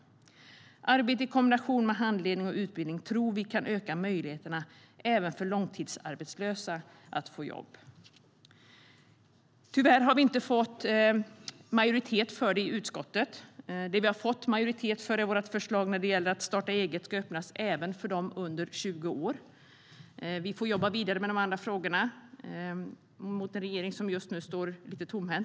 Arbete i kombination med handledning och utbildning tror vi kan öka möjligheterna även för långtidsarbetslösa att få jobb. Tyvärr har vi inte fått majoritet för detta i utskottet. Vi har däremot fått majoritet för vårt förslag att starta-eget-bidrag ska öppnas upp även för dem under 20 år. Vi får jobba vidare med de andra frågorna mot en regering som just nu står lite tomhänt.